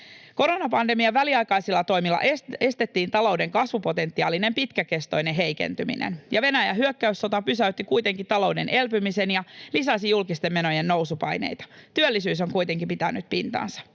Koronapandemian väliaikaisilla toimilla estettiin talouden kasvupotentiaalin pitkäkestoinen heikentyminen. Venäjän hyökkäyssota pysäytti kuitenkin talouden elpymisen ja lisäsi julkisten menojen nousupaineita. Työllisyys on kuitenkin pitänyt pintansa.